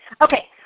Okay